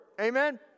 Amen